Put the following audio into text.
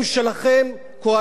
קואליציה יקרה,